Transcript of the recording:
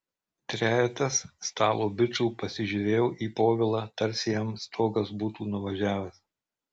trejetas stalo bičų pasižiūrėjo į povilą tarsi jam stogas būtų nuvažiavęs